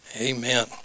amen